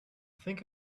think